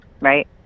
right